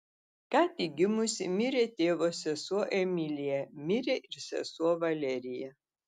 ką tik gimusi mirė tėvo sesuo emilija mirė ir sesuo valerija